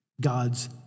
God's